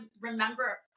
remember